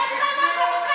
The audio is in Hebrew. ששרפתם.